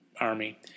army